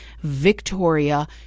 Victoria